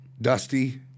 Dusty